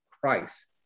Christ